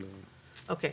אוקי,